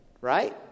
right